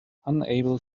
unable